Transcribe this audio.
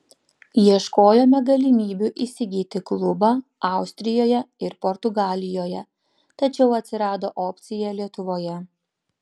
ieškojome galimybių įsigyti klubą austrijoje ir portugalijoje tačiau atsirado opcija lietuvoje